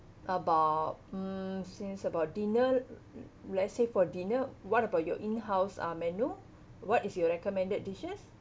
about mm since about dinner let's say for dinner what about your in-house uh menu what is your recommended dishes